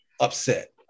upset